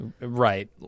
Right